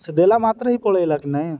ସେ ଦେଲା ମାତ୍ର ହିଁ ପଳେଇଲା କି ନାଇ